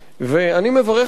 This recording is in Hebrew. אני מברך על כך.